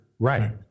Right